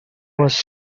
was